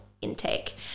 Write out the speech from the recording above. intake